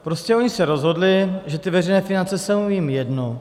Prostě oni se rozhodli, že ty veřejné finance jsou jim jedno.